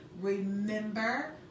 Remember